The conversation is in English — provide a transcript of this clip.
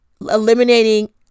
eliminating